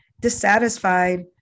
dissatisfied